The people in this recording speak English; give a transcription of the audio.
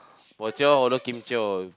bo jio hor ler kim jio